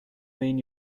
mean